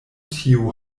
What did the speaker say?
tio